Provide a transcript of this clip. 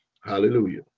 Hallelujah